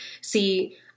see